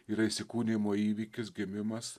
yra įsikūnijimo įvykis gimimas